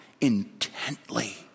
intently